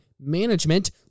management